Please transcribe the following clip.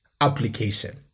Application